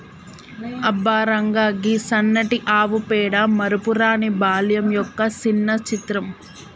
అబ్బ రంగా, గీ సన్నటి ఆవు పేడ మరపురాని బాల్యం యొక్క సిన్న చిత్రం